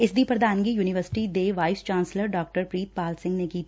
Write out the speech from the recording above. ਇਸ ਦੀ ਪ੍ਰਧਾਨਗੀ ਯੁਨੀਵਰਸਿਟੀ ਦੇ vice chancellor Dr Prit Pal Singh ਨੇ ਕੀਤੀ